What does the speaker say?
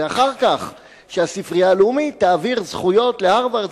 ואחר כך שהספרייה הלאומית תעביר זכויות להארוורד,